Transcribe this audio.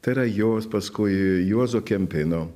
tai yra jos paskui juozo kempino